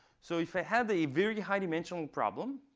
so if i had a very high dimensional problem